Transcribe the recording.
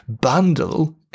Bundle